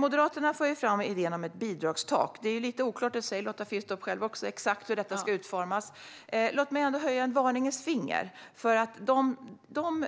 Moderaterna för fram idén om ett bidragstak. Som Lotta Finstorp själv säger är det lite oklart exakt hur detta ska utformas. Låt mig ändå höja ett varningens finger för att de som